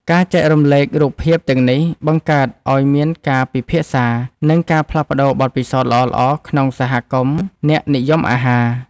ការចែករំលែករូបភាពទាំងនេះ បង្កើតឱ្យមានការពិភាក្សា និងការផ្លាស់ប្តូរបទពិសោធន៍ល្អៗក្នុងសហគមន៍អ្នកនិយមអាហារ។